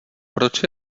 proč